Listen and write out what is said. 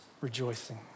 rejoicing